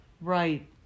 Right